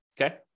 okay